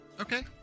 Okay